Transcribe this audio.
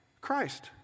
Christ